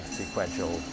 sequential